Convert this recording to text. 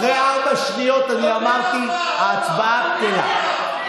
אחרי ארבע שניות אמרתי: ההצבעה בטלה.